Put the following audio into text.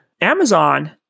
Amazon